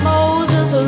Moses